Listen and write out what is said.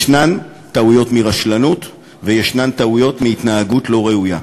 יש טעויות מרשלנות ויש טעויות מהתנהגות לא ראויה.